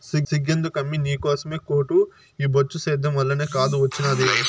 సిగ్గెందుకమ్మీ నీకోసమే కోటు ఈ బొచ్చు సేద్యం వల్లనే కాదూ ఒచ్చినాది